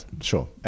Sure